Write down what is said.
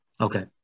Okay